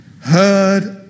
heard